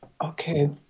Okay